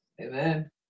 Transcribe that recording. Amen